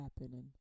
happening